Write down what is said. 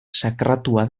sakratua